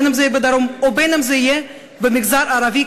בין שזה יהיה בדרום ובין שזה יהיה במגזר הערבי,